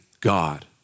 God